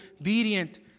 obedient